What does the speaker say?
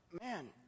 man